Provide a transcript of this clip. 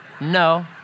No